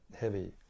heavy